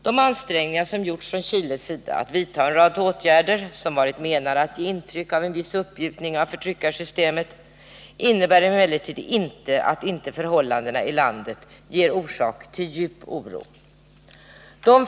De ansträngningar som gjorts från chilensk sida att vidta en rad åtgärder som varit menade att ge intryck av en viss uppmjukning av förtryckarsystemet innebär emellertid inte att förhållandena inte ger orsak till djup oro.